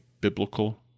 biblical